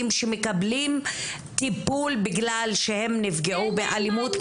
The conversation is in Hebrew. שמקבלים טיפול בגלל שהם נפגעו באלימות,